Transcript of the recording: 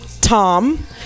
Tom